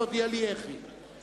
תודיע לי איך היא.